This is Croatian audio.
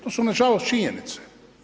To su nažalost činjenice.